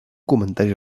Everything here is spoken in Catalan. comentari